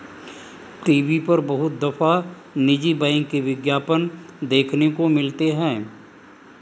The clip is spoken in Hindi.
टी.वी पर बहुत दफा निजी बैंक के विज्ञापन देखने को मिलते हैं